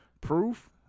proof